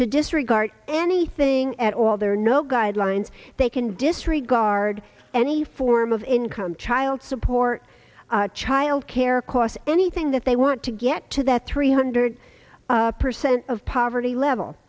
to disregard anything at all there are no guidelines they can disregard any form of income child support child care costs anything that they want to get to that three hundred percent of poverty level